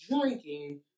drinking